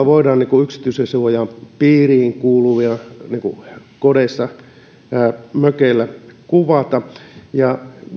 voidaan kuvata yksityisyydensuojan piiriin kuuluvissa paikoissa niin kuin kodeissa tai mökeillä ja